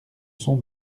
son